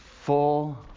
full